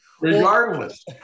regardless